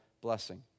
blessing